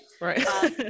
Right